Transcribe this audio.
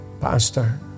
Pastor